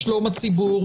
שלום הציבור,